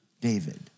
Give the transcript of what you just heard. David